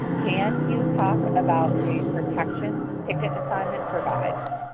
can you talk about the protections ticket assignment provides?